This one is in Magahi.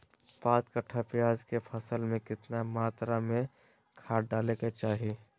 पांच कट्ठा प्याज के फसल में कितना मात्रा में खाद डाले के चाही?